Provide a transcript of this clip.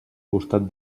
costat